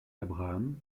abraham